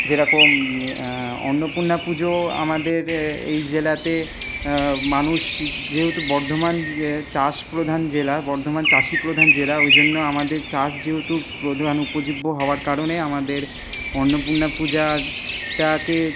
যেরকম অন্নপূর্ণা পুজো আমাদের এই জেলাতে মানুষ যেহেতু বর্ধমান চাষ প্রধান জেলা বর্ধমান চাষি প্রধান জেলা ওই জন্য আমাদের চাষ যেহেতু প্রধান উপজীব্য হওয়ার কারণে আমাদের অন্নপূর্ণা পূজাটাকে